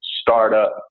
startup